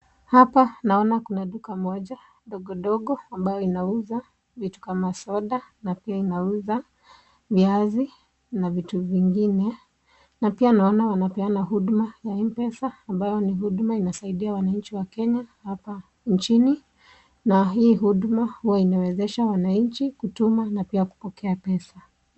Hapa naona kuna duka moja ndogo ndogo ambayo inauza vitu kama soda na pia inauza viazi na vitu vingine, na pia naona wanapeana huduma ya Mpesa ambayo ni huduma inasaidia wananchi ya Kenya hapa nchini na hii huduma huwa inawezesha wananchi kutuma na pia kupokea pesa.